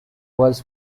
was